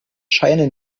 scheine